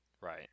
Right